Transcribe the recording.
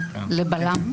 ב-2022,